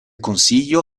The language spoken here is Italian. consiglio